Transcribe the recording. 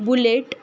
bullet